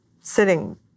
sitting